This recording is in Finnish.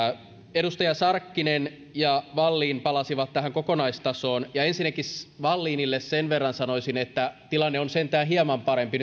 edustajat sarkkinen ja wallin palasivat tähän kokonaistasoon ja ensinnäkin wallinille sen verran sanoisin että tilanne on sentään hieman parempi